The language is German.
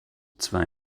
zwei